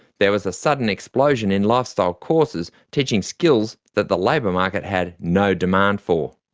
there was a sudden explosion in lifestyle courses, teaching skills that the labour market had no demand for.